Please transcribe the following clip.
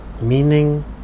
meaning